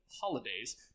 holidays